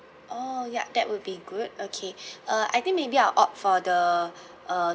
oh ya that will be good okay uh I think maybe I'll opt for the uh